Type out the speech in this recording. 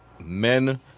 men